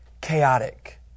chaotic